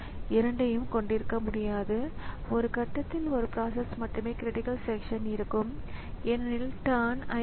எனவே இரண்டு வகையான குறுக்கீடுகள் உள்ளன ஏனெனில் ஒன்று வன்பொருள் குறுக்கீடு என்றும் மற்றொன்று மென்பொருள் குறுக்கீடு என்றும் நான் சொன்னேன்